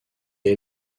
est